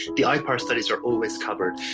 the ah ipar studies are always covered,